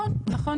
נכון.